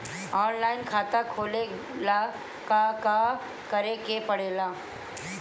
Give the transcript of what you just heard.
Online खाता खोले ला का का करे के पड़े ला?